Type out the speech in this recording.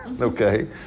Okay